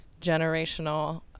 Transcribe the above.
generational